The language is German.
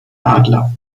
adler